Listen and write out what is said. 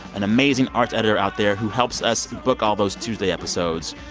an amazing arts editor out there who helps us book all those tuesday episodes.